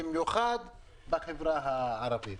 במיוחד בחברה הערבית.